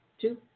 two